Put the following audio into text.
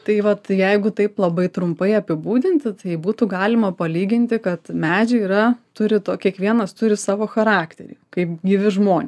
tai vat jeigu taip labai trumpai apibūdinti tai būtų galima palyginti kad medžiai yra turi to kiekvienas turi savo charakterį kaip gyvi žmonės